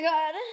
God